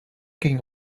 king